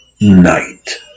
night